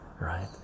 right